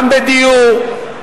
גם בדיור,